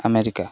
America